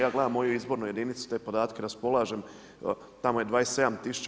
Ja gledam moju izbornu jedinicu, te podatke, raspolažem, tamo je 27000.